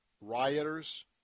rioters